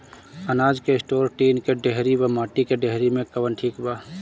अनाज के store tin के डेहरी व माटी के डेहरी मे कवन ठीक बा?